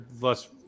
less